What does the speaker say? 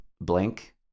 Blank